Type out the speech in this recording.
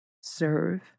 serve